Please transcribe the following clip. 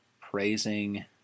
praising –